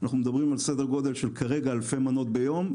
אנחנו מדברים כרגע על סדר גודל של אלפי מנות ביום.